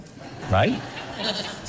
right